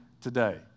today